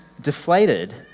deflated